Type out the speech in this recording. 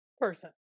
person